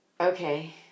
okay